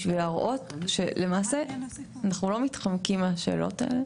בשביל להראות שלמעשה אנחנו לא מתחמקים מהשאלות האלה,